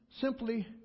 simply